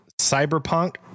Cyberpunk